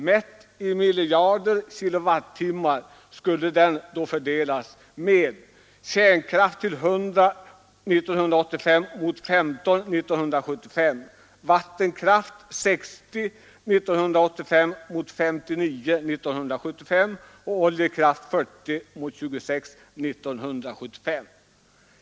Mätt i miljarder kilowattimmar kommer elkraftutbyggnaden år 1985 att fördela sig så här: kärnkraft 100 mot 15 år 1975, vattenkraft 60 mot 59 år 1975 samt oljekraft 40 mot 26 år 1975.